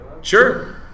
Sure